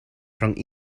rhwng